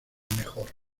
mejor